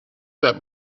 that